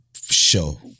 show